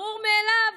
ברור מאליו